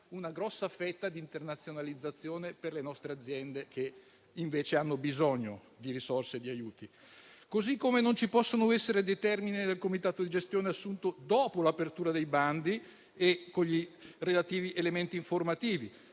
una grossa fetta di internazionalizzazione per le nostre aziende che, invece, hanno bisogno di risorse e di aiuti. Allo stesso modo, non ci possono essere determine del comitato di gestione assunto dopo l'apertura dei bandi, con i relativi elementi informativi,